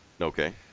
Okay